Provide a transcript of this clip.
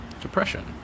depression